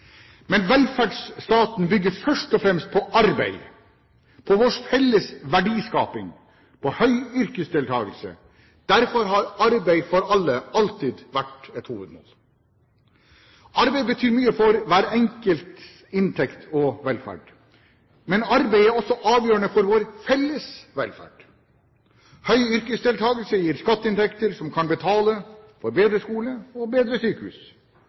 men velferdsstaten bygger først og fremst på arbeid, på vår felles verdiskaping og på høy yrkesdeltakelse. Derfor har arbeid for alle alltid vært et hovedmål. Arbeid betyr mye for hver enkelts inntekt og velferd. Men arbeid er også avgjørende for vår felles velferd. Høy yrkesdeltakelse gir skatteinntekter som kan betale for bedre skole og bedre sykehus,